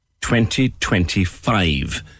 2025